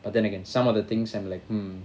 but then again some of the things I'm like hmm